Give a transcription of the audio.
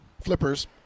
flippers